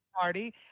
party